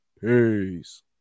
peace